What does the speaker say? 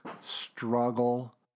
struggle